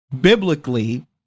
biblically